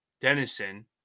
Denison